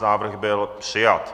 Návrh byl přijat.